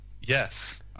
Yes